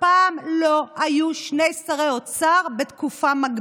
בהצעות החוק הבאות לשם הכנתן